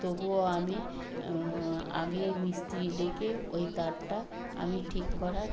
তবুও আমি আগে মিস্ত্রি ডেকে ওই তারটা আমি ঠিক করার